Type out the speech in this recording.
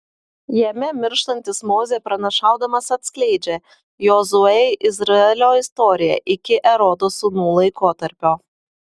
jame mirštantis mozė pranašaudamas atskleidžia jozuei izraelio istoriją iki erodo sūnų laikotarpio